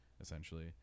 Essentially